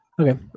Okay